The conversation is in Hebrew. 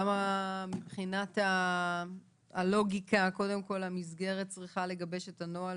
למה מבחינת הלוגיקה קודם כול המסגרת צריכה לגבש את הנוהל